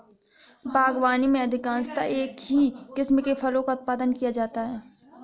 बागवानी में अधिकांशतः एक ही किस्म के फलों का उत्पादन किया जाता है